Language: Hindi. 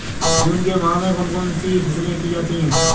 जून के माह में कौन कौन सी फसलें की जाती हैं?